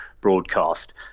broadcast